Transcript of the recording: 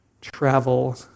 travel